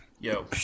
yo